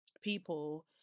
people